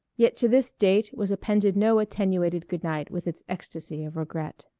yet to this date was appended no attenuated good-night with its ecstasy of regret.